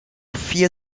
vier